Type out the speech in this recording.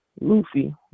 Luffy